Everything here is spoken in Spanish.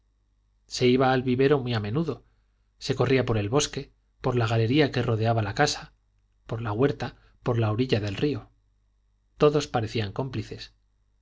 se iba al vivero muy a menudo se corría por el bosque por la galería que rodeaba la casa por la huerta por la orilla del río todos parecían cómplices